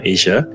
Asia